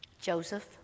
Joseph